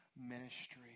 ministry